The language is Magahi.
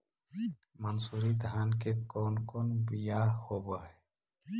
मनसूरी धान के कौन कौन बियाह होव हैं?